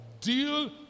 deal